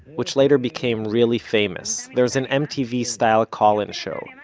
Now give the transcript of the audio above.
which later became really famous, there's an mtv-style call-in show,